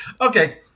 Okay